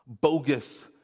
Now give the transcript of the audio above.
bogus